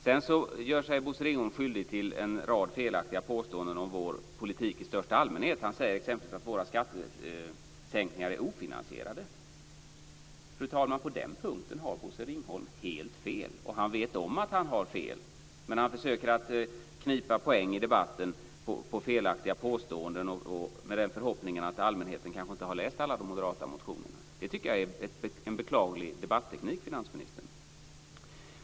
Sedan gör Bosse Ringholm sig skyldig till en rad felaktiga påståenden om vår politik i största allmänhet. Han säger exempelvis att våra skattesänkningar är ofinansierade. Fru talman! På den punkten har Bosse Ringholm helt fel. Han vet om att han har fel, men han försöker att knipa poäng i debatten med felaktiga påståenden och med förhoppningen att allmänheten kanske inte har läst alla de moderata motionerna. Det tycker jag är en beklaglig debatteknik, finansministern.